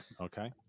Okay